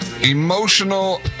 emotional